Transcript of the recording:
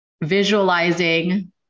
visualizing